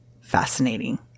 fascinating